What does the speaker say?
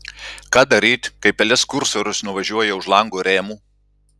ką daryt kai pelės kursorius nuvažiuoja už lango rėmų